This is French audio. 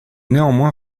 néanmoins